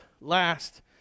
last